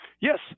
Yes